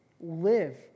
live